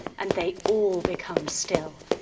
and they all become still.